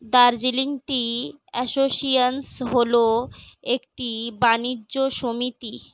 Darjeeling tea association হল একটি বাণিজ্য সমিতি